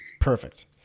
Perfect